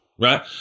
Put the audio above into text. Right